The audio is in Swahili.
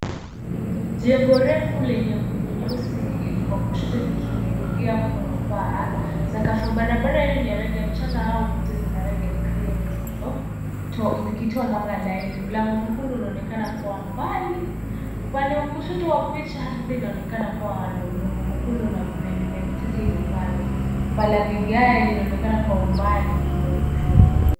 Jengo refu lenye nguzo nyeusi liko kushoto likiungia mkono paa. Sakafu barabara hio ni ya rangi ya mchanga au kuta zina rangi ya cream zikitoa mwanga laini. Mlango mwekundu unaonekana kwa umbali. Upande wa kushoto wa picha ardhi inaonekana kuwa na udongo mwekundu na kuna mimea michache iliyopandwa. Paa la vigaye linaonekana kwa umbali juu ya kushoto.